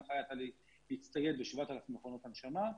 ההנחיה הייתה להצטייד ב-7,000 מכונות הנשמה,